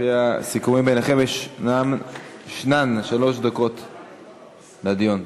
על-פי הסיכומים ביניכם, שלוש דקות לדיון.